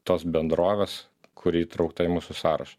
tos bendrovės kuri įtraukta į mūsų sąrašą